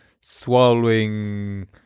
swallowing